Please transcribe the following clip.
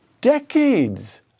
decades